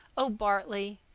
oh, bartley,